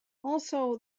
also